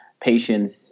patients